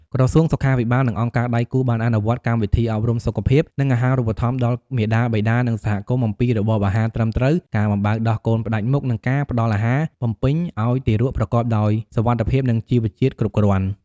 ក្រសួងសុខាភិបាល និងអង្គការដៃគូបានអនុវត្តកម្មវិធីអប់រំសុខភាព និងអាហារូបត្ថម្ភដល់មាតា បិតា និងសហគមន៍ អំពីរបបអាហារត្រឹមត្រូវ ការបំបៅដោះកូនផ្តាច់មុខ និងការផ្តល់អាហារបំពេញឱ្យទារកប្រកបដោយសុវត្ថិភាព និងជីវជាតិគ្រប់គ្រាន់។